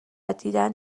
دیدن